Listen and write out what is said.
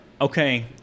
okay